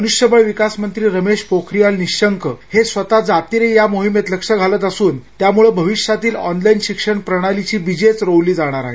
मनुष्यबळ विकास मंत्री रमेश पोखरियाल निशंक हे स्वतः जातीने या मोहिमेत लक्ष घालत असून त्यामुळं भविष्यातील ऑनलाईन शिक्षण प्रणालीची बीजे रोवली जाणार आहेत